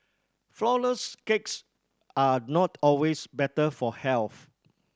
flourless cakes are not always better for health